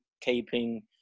keeping